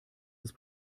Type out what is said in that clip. des